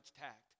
tact